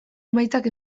emaitzak